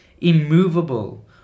immovable